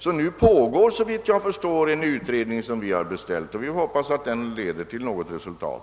Såvitt jag förstår pågår alltså nu den utredning som riksdagen har beställt, och den hoppas vi kommer att leda till resultat.